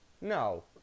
No